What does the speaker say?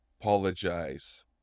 apologize